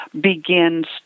begins